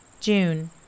june